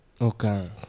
Okay